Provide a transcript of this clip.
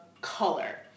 color